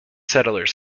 settlers